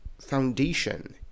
foundation